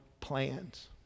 plans